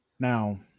Now